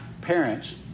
parents